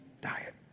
diet